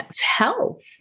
health